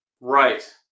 Right